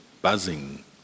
buzzing